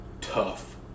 tough